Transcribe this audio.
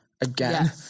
again